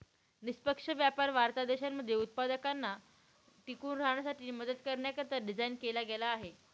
निष्पक्ष व्यापार वाढत्या देशांमध्ये उत्पादकांना टिकून राहण्यासाठी मदत करण्याकरिता डिझाईन केला गेला आहे